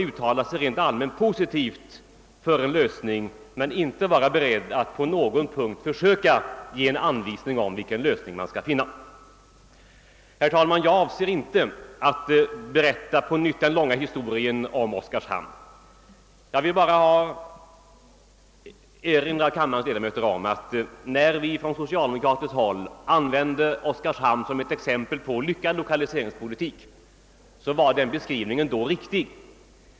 Jag avser inte att på nytt berätta den långa historien om Oskarshamn. Jag vill bara erinra kammarens ledamöter om att när vi från socialdemokratiskt håll använde Oskarshamn som exempel på lyckad lokaliseringspolitik så var beskrivningen vid den tidpunkten riktig.